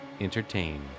entertained